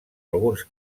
alguns